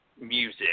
music